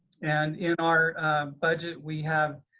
and in our budget we have,